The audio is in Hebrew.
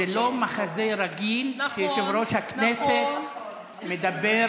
זה לא מחזה רגיל שיושב-ראש הכנסת מדבר